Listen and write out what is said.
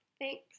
Thanks